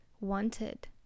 wanted